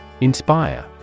Inspire